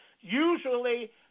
usually